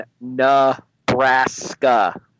Nebraska